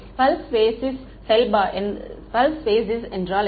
எனவே pulse basis என்றால் என்ன